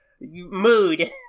Mood